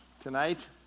tonight